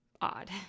odd